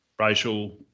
racial